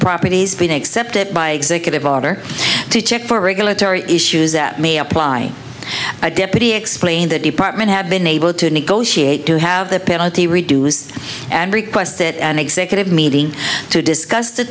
properties been accepted by executive order to check for regulatory issues that may apply to a deputy explain the department have been able to negotiate to have the penalty reduced and requested an executive meeting to discuss the